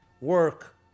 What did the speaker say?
work